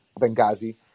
Benghazi